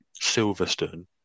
Silverstone